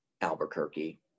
Albuquerque